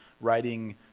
writing